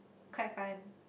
quite fun